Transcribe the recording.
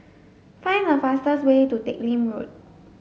find the fastest way to Teck Lim Road